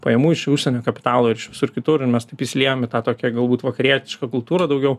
pajamų iš užsienio kapitalo ir iš visur kitur ir mes taip įsiliejom į tą tokią galbūt vakarietišką kultūrą daugiau